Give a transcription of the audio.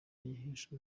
yihesha